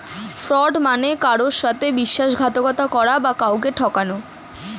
fraud মানে কারুর সাথে বিশ্বাসঘাতকতা করা বা কাউকে ঠকানো